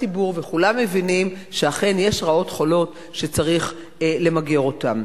שכל הציבור וכולם מבינים שאכן יש רעות חולות שצריך למגר אותן.